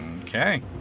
Okay